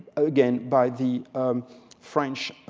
again, by the french